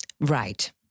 Right